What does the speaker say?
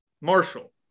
Marshall